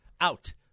out